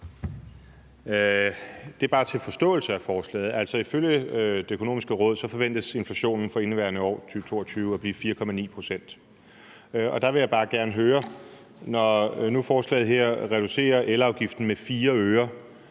vedrører bare en forståelse af forslaget. Altså, ifølge Det Økonomiske Råd forventes inflationen for indeværende år, 2022, at blive på 4,9 pct., og når nu forslaget her reducerer elafgiften med 4 øre,